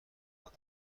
اغلب